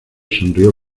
sonrió